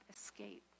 escape